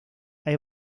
hay